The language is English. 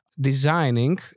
designing